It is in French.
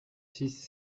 six